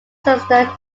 sister